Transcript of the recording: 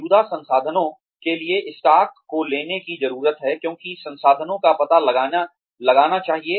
मौजूदा संसाधनों के लिए स्टॉक को लेने की जरूरत है क्योंकि संसाधनों का पता लगाना चाहिए